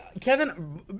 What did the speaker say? Kevin